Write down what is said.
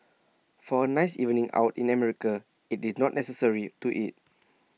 for A nice evening out in America IT is not necessary to eat